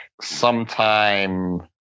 sometime